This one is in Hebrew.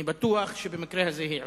אני בטוח שבמקרה הזה היא עושה.